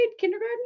kindergarten